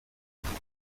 cheval